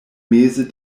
meze